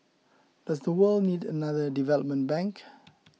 does the world need another development bank